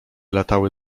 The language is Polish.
latały